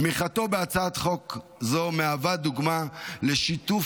תמיכתו בהצעת חוק זו מהווה דוגמה לשיתוף